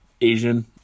Asian